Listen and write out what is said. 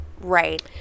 Right